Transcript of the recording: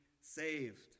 saved